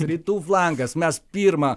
rytų flangas mes pirma